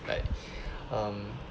like um